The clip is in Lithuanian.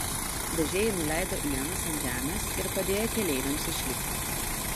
vežėjai nuleido ienas ant žemės ir padėjo keleiviams išlipti